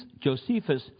Josephus